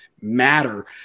matter